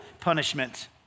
punishment